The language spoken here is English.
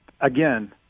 again